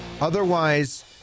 Otherwise